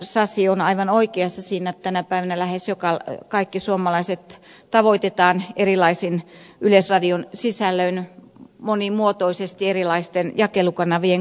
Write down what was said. sasi on aivan oikeassa siinä että tänä päivänä lähes kaikki suomalaiset tavoitetaan erilaisin yleisradion sisällöin monimuotoisesti erilaisten jakelukanavien kautta